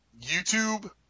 YouTube